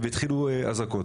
והתחילו אזעקות.